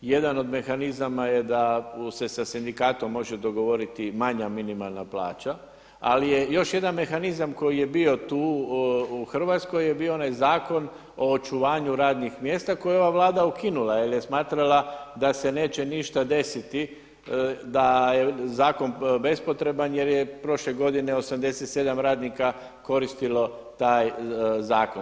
Jedan od mehanizama je da se sa sindikatom može dogovoriti manja minimalna plaća, ali je još jedan mehanizam koji je bio tu u Hrvatskoj je bio onaj zakon o očuvanju radnih mjesta koji je ova Vlada ukinula jer je smatrala da se neće ništa desiti, da je zakon bespotreban jer je prošle godine 87 radnika koristilo taj zakon.